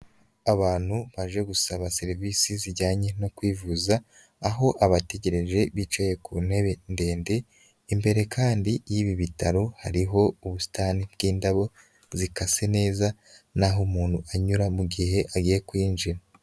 Abantu baje gusaba serivisi zijyanye no kwivuza aho abategereje bicaye ku ntebe ndende, imbere kandi y'ibi bitaro hariho ubusitani bw'indabo zikase neza n'aho umuntu anyura mu gihe agiye kwinjira.